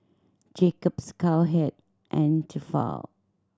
Jacob's Cowhead and Tefal